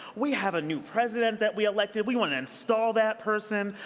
we have a new president that we elected. we want to install that person.